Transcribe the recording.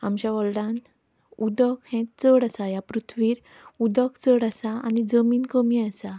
आमच्या वर्ल्डांत उदक हें चड आसा ह्या पृथ्वीर उदक चड आसा आनी जमीन कमी आसा